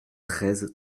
treize